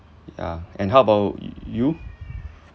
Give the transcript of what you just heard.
yeah and how about y~ you